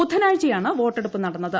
ബുധനാഴ്ചയാണ് വോട്ടെടുപ്പ് നടന്നത്